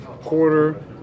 Quarter